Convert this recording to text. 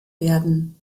werden